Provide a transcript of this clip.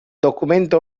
documento